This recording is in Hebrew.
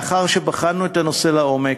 לאחר שבחנו את הנושא לעומק,